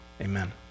Amen